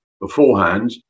beforehand